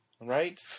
Right